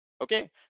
Okay